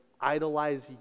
idolize